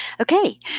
Okay